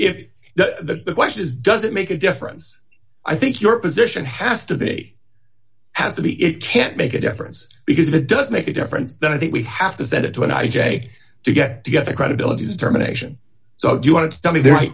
if the question is does it make a difference i think your position has to be has to be it can't make a difference because if it does make a difference then i think we have to send it to an i j to get together credibility determination so you want to tell me th